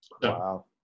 Wow